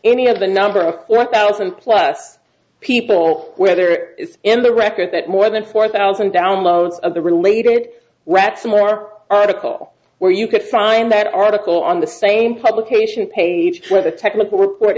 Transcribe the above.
any of the number of one thousand plus people whether it's in the record that more than four thousand downloads of the related rat somewhere are article where you could find that article on the same publication page for the technical report